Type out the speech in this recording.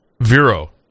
Vero